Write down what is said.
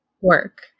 work